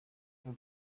can